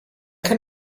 kann